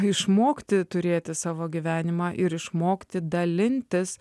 išmokti turėti savo gyvenimą ir išmokti dalintis